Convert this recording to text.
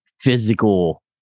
physical